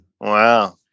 Wow